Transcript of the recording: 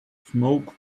smoke